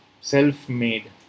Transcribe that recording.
self-made